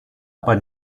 aber